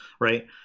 right